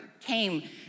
came